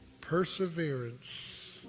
Perseverance